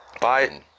Bye